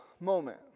moment